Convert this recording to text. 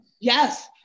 Yes